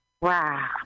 Wow